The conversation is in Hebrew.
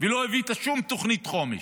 ולא הבאת שום תוכנית חומש.